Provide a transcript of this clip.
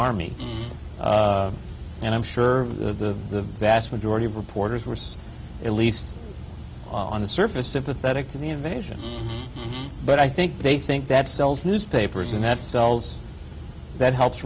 army and i'm sure the vast majority of reporters worse at least on the surface sympathetic to the invasion but i think they think that sells newspapers and that sells that helps